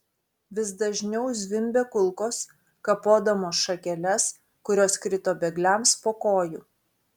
vis dažniau zvimbė kulkos kapodamos šakeles kurios krito bėgliams po kojų